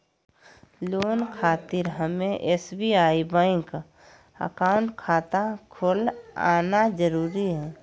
Loan खातिर हमें SBI bank account खाता खोल आना जरूरी है?